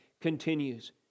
continues